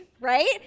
right